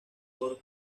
por